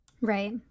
Right